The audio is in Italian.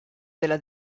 della